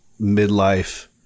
midlife